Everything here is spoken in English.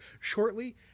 shortly